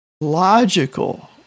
logical